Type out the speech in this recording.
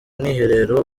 mwiherero